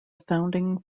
founding